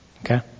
Okay